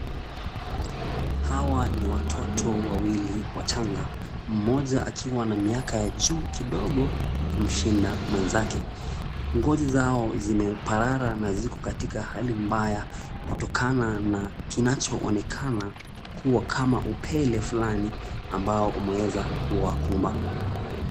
Hawa ni watoto wawili wachanga, mmoja akiwa na miaka ya juu kidogo kumshinda mwenzake. Ngozi zao zimeparara na ziko katika hali mbaya kutokana na kinachoonekana kuwa kama upele fulani ambao umeweza kuwakumba.